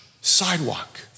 sidewalk